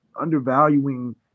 undervaluing